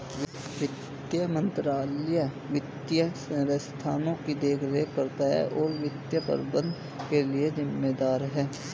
वित्त मंत्रालय वित्तीय संस्थानों की देखरेख करता है और वित्तीय प्रबंधन के लिए जिम्मेदार है